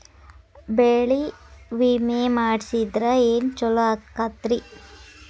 ಬೆಳಿ ವಿಮೆ ಮಾಡಿಸಿದ್ರ ಏನ್ ಛಲೋ ಆಕತ್ರಿ?